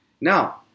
Now